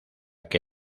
que